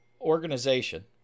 organization